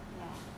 ya